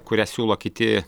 kurią siūlo kiti